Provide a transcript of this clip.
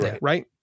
Right